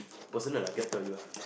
personal ah cannot tell you ah